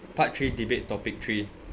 part three debate topic three